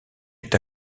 est